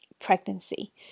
pregnancy